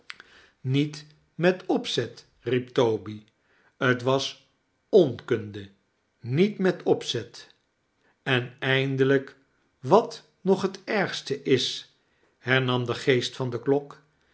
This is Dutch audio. niet met opzet riep tobv t was onkunde met met opzet en eindelijk wat nog het ergste is hernam de geest van de klok